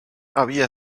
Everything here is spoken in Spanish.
había